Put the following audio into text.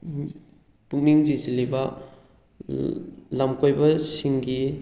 ꯄꯨꯛꯅꯤꯡ ꯆꯤꯡꯁꯤꯜꯂꯤꯕ ꯂꯝꯀꯣꯏꯕꯁꯤꯡꯒꯤ